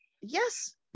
yes